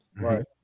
Right